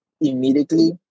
immediately